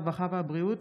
הרווחה והבריאות